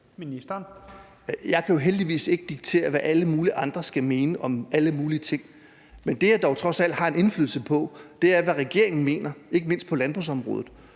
Jeg kan jo heldigvis ikke diktere, hvad alle mulige andre skal mene om alle mulige ting. Men det, jeg dog trods alt har en indflydelse på, er, hvad regeringen mener, ikke mindst på landbrugsområdet.